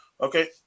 Okay